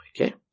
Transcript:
Okay